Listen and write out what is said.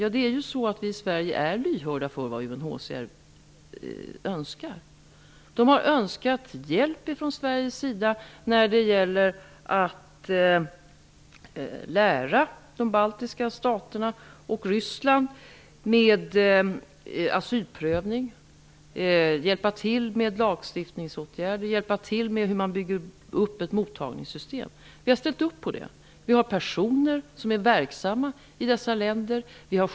Vi är i Sverige lyhörda för vad UNHCR önskar, och UNHCR har önskat hjälp från Sverige när det gäller asylprövning, lagstiftningsåtgärder och uppbyggnad av ett mottagningssystem i de baltiska staterna och Ryssland. Vi har ställt upp på det. Vi har personer som är verksamma i dessa länder.